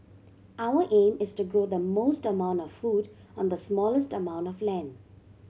our aim is to grow the most amount of food on the smallest amount of land